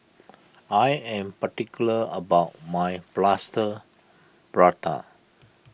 I am particular about my Plaster Prata